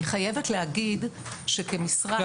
לא,